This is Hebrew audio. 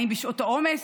האם בשעות העומס,